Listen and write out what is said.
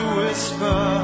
whisper